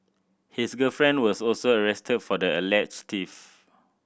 his girlfriend was also arrested for the alleged theft